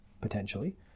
potentially